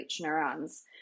neurons